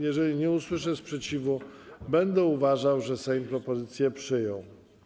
Jeżeli nie usłyszę sprzeciwu, będę uważał, że Sejm propozycję przyjął.